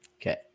Okay